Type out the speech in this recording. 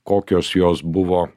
kokios jos buvo